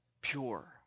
pure